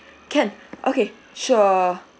can okay sure